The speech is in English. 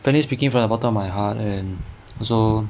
frankishly speaking from the bottom of my heart and also